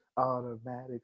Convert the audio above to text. automatic